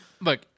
Look